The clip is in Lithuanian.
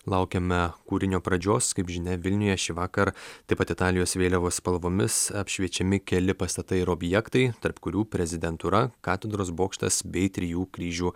laukiame kūrinio pradžios kaip žinia vilniuje šįvakar taip pat italijos vėliavos spalvomis apšviečiami keli pastatai ir objektai tarp kurių prezidentūra katedros bokštas bei trijų kryžių